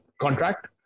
contract